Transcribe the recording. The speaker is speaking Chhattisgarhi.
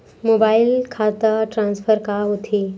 मोबाइल खाता ट्रान्सफर का होथे?